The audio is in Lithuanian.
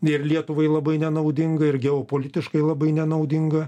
ir lietuvai labai nenaudinga ir geopolitiškai labai nenaudinga